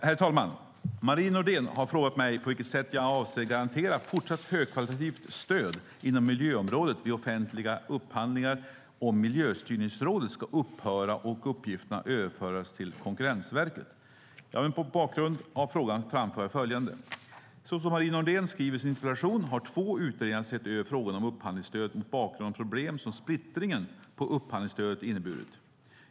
Herr talman! Marie Nordén har frågat mig på vilket sätt jag avser att garantera fortsatt högkvalitativt stöd inom miljöområdet vid offentliga upphandlingar om Miljöstyrningsrådet ska upphöra och uppgifterna överföras till Konkurrensverket. Jag vill mot bakgrund av frågan framföra följande. Såsom Marie Nordén skriver i sin interpellation har två utredningar sett över frågan om upphandlingsstödet mot bakgrund av de problem som splittringen i fråga om upphandlingsstödet har inneburit.